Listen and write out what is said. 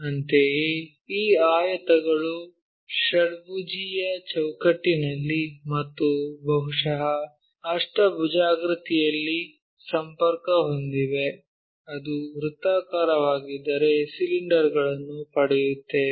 ಅಂತೆಯೇ ಈ ಆಯತಗಳು ಷಡ್ಭುಜೀಯ ಚೌಕಟ್ಟಿನಲ್ಲಿ ಮತ್ತು ಬಹುಶಃ ಅಷ್ಟಭುಜಾಕೃತಿಯಲ್ಲಿ ಸಂಪರ್ಕ ಹೊಂದಿವೆ ಅದು ವೃತ್ತವಾಗಿದ್ದರೆ ಸಿಲಿಂಡರ್ ಗಳನ್ನು ಪಡೆಯುತ್ತೇವೆ